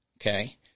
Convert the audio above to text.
okay